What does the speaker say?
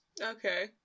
Okay